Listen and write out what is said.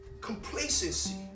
Complacency